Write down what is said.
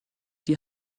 die